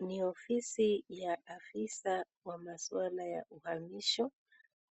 Ni ofisi ya afisa wa masuala ya uhamisho